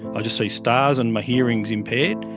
i just see stars and my hearing is impaired,